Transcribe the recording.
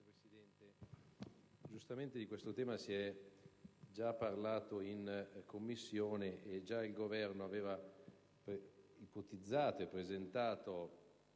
Presidente, di questo tema si è già parlato in Commissione, e già il Governo aveva ipotizzato e presentato